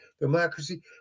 democracy